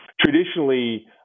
traditionally